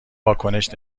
واکنش